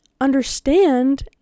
understand